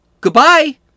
Goodbye